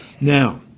Now